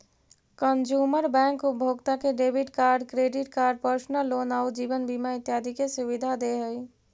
consumer bank उपभोक्ता के debit card, credit card, personal loan आउ जीवन बीमा इत्यादि के सुविधा दे हइ